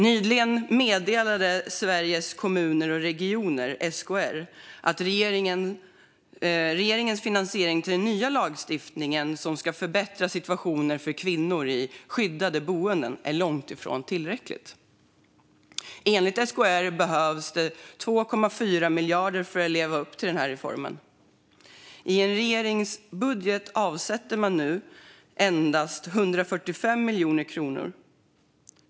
Nyligen meddelade Sveriges Kommuner och Regioner, SKR, att regeringens finansiering till den nya lagstiftning som ska förbättra situationen för kvinnor i skyddade boenden är långt ifrån tillräcklig. Enligt SKR behövs 2,4 miljarder för att leva upp till reformen. I regeringens budget avsätter man nu endast 145 miljoner kronor för 2023.